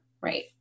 right